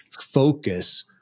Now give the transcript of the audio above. focus